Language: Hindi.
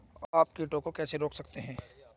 आप कीटों को कैसे रोक सकते हैं?